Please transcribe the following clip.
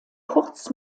kurz